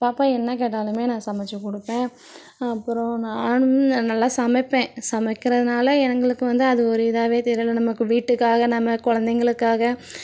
பாப்பா என்ன கேட்டாலுமே நான் சமச்சு கொடுப்பேன் அப்புறோம் நானுமே நான் நல்லா சமைப்பேன் சமைக்கிறதுனால எங்களுக்கு வந்து அது ஒரு இதாகவே திகழும் நமக்கு வீட்டுக்காக நம்ம கொழந்தைங்களுக்காக